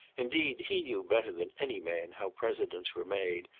indeed he knew better than any man how presidents were made,